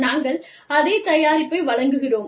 நாங்கள் அதே தயாரிப்பை வழங்குகிறோம்